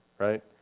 right